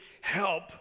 help